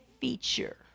feature